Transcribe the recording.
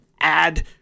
add